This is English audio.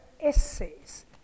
essays